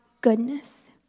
goodness